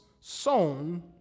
sown